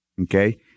Okay